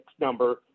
number